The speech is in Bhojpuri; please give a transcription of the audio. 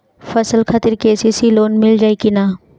फसल खातिर के.सी.सी लोना मील जाई किना?